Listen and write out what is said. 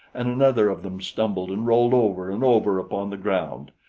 and another of them stumbled and rolled over and over upon the ground.